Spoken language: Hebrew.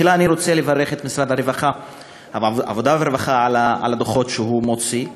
תחילה אני רוצה לברך את משרד העבודה והרווחה על הדוחות שהוא מוציא,